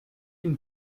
une